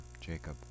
Jacob